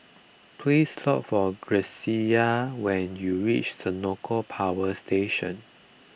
please look for Grecia when you reach Senoko Power Station